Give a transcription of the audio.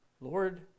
Lord